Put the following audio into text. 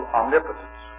omnipotence